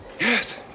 Yes